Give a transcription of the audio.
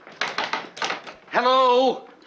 Hello